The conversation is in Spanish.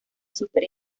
súper